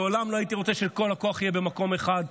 לעולם לא הייתי רוצה שכל הכוח יהיה במקום אחד,